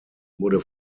wurde